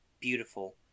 beautiful